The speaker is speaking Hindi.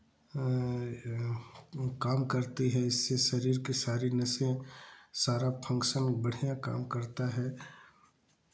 काम करती है इससे शरीर की सारी नसें सारा फंक्शन बढ़ियाँ काम करता है